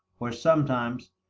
or, sometimes,